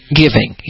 giving